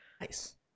Nice